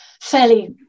fairly